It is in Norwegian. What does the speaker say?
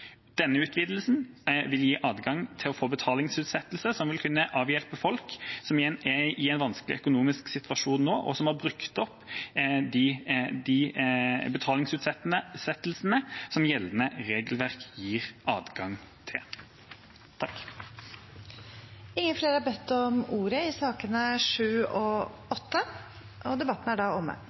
Denne utvidelsen vil gi adgang til å få betalingsutsettelse, noe som vil kunne avhjelpe folk som er i en vanskelig økonomisk situasjon nå, og som har brukt opp de betalingsutsettelsene som gjeldende regelverk gir adgang til. Flere har ikke bedt om ordet til sakene nr. 7 og 8. Etter ønske fra helse- og omsorgskomiteen vil presidenten ordne debatten